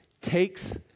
takes